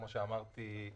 כמו שאמרתי,